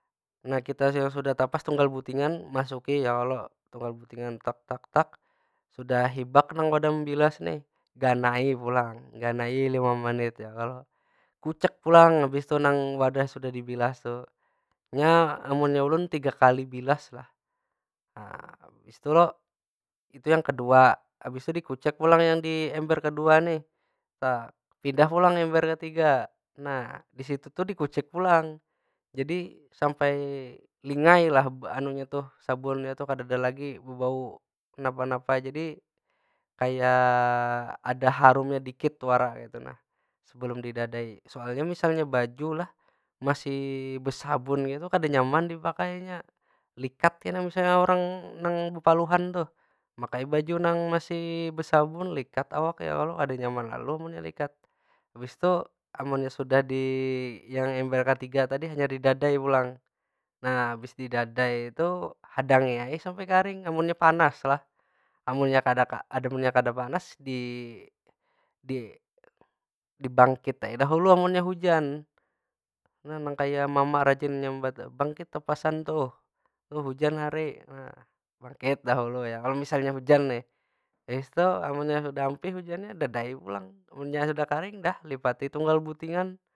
Nah kita yang sudah tapas tunggal butingan masuki ya kalo? Tunggal butingan sudah hibak nang wadah membilas ni, ganai pulang. Ganai lima menit ya kalo? Kucek pulang habis tu nang wadah nang sudah dibilas tu. Nya amunnya ulun tiga kali bilas lah. Nah, abis tu lo itu yang kedua. Abis tu dikucek pulang yang di ember yang kedua nih. Pindah pulang ke ember yang ke tiga. Nah di situ tuh dikucek pulang, jadi sampai lingai lah sabunnya tuh kadeda lagi bebau napa- napa. Jadi, kaya ada harumnya dikit wara sebelum didadai. Soalnya misalnya baju lah masih besabun kaytu kada nyaman dipakai nya. Likat kena misalnya urang nang bepaluhan tuh. Makai baju nang masih besabun, likat awak ya kalo? Kada nyaman lalu munnya likat. Habis tu amunnya sudah yang ember ka tiga tadi hanyar didadai pulang. Nah, habis didadai tu hadangi ai sampai karing amunnya panas lah. Amunnya kada amunnya kada panas di- dibangkit aku dahulu amunnya hujan. Nah nang kaya mama rajin menyambat, bangkit tapasan tuh handak hujan hari! Nah, bangkit dahulu ya kalo? Misalnya hujan nih. Habis tu misalnya sudah ampih hujannya dadai pulang. Amunnya sudah karing, dah lipati tunggal butingan.